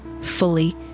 fully